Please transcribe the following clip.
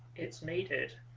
it's needed